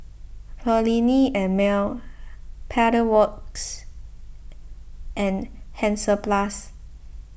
Perllini and Mel Pedal Works and Hansaplast